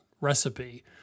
recipe